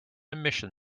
emission